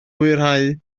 hwyrhau